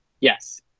Yes